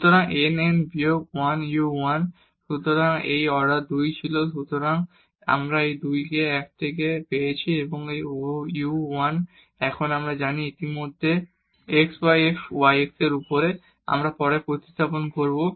সুতরাং n n বিয়োগ 1 u 1 সুতরাং এই অর্ডার 2 ছিল সুতরাং আমরা 2 কে 1 থেকে 1 তে পেয়েছি এবং এই u 1 এখন আমরা জানি যে ইতিমধ্যে x y f y x এর উপরে আমরা পরে প্রতিস্থাপন করব